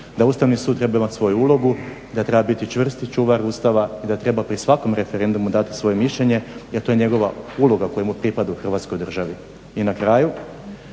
da Ustavni sud treba imati svoju ulogu, da treba biti čvrsti čuvar Ustava i da treba prisežem svakom referendumu dati svoje mišljenje jer to je njegova uloga koja mu pripada u Hrvatskoj državi. I na kraju